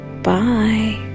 Bye